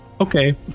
Okay